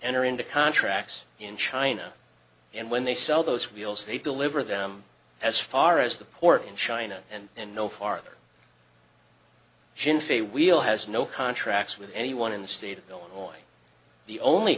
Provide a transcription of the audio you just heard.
enter into contracts in china and when they sell those wheels they deliver them as far as the port in china and no farther jim fay wheel has no contracts with anyone in the state of illinois the only